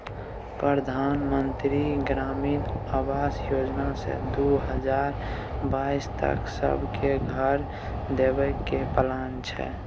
परधान मन्त्री ग्रामीण आबास योजना सँ दु हजार बाइस तक सब केँ घर देबे केर प्लान छै